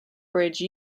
bridge